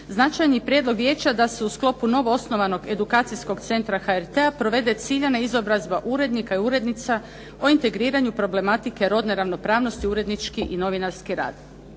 Značajni prijedlog vijeća da se u sklopu novoosnovanog edukacijskog centa HRT-a provede ciljan izobrazba urednika i urednica o integriranju problematike rodne ravnopravnosti urednički i novinarski rad.